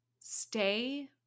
stay